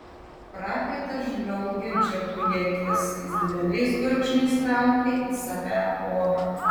prakaitas žliaugė džekui į akis jis dideliais gurkšniais traukė į save orą